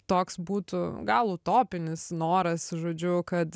toks būtų gal utopinis noras žodžiu kad